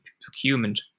procurement